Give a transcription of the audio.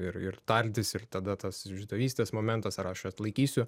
ir ir tardys ir tada tas išdavystės momentas ar aš atlaikysiu